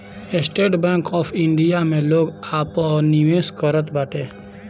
estate bank of India में लोग आपन निवेश करत बाटे